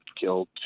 killed